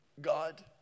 god